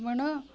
ଆପଣ